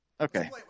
Okay